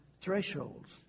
thresholds